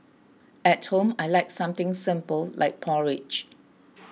at home I like something simple like porridge